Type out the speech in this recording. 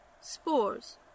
Spores